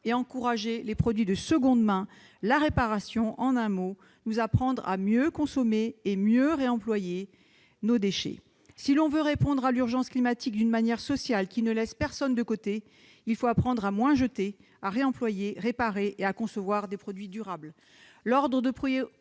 encourager les produits de seconde main et la réparation- en un mot : nous apprendre à mieux consommer et à mieux réemployer nos déchets. Si l'on veut répondre à l'urgence climatique d'une manière sociale, qui ne laisse personne de côté, il faut apprendre à moins jeter, à réemployer, à réparer et à concevoir des produits durables. L'ordre de priorité